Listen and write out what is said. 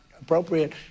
appropriate